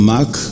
Mark